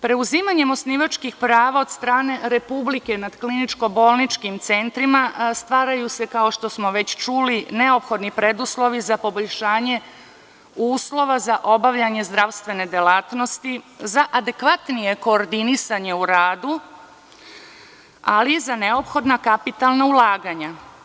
Preuzimanjem osnivačkih prava od strane Republike nad kliničko-bolničkim centrima, stvaraju se kao što smo već čuli neophodni preduslovi za poboljšanje uslova za obavljanje zdravstvene delatnosti za adekvatnije koordinisanje u radu, ali i za neophodna kapitalna ulaganja.